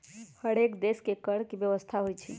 हरेक देश में कर के व्यवस्था होइ छइ